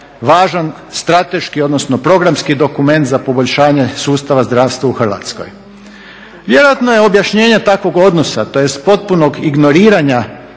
važan strateški, odnosno programski dokument za poboljšanje sustava zdravstva u Hrvatskoj. Vjerojatno je objašnjenje takvog odnosa tj. potpunog ignoriranja